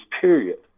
period